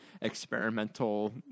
experimental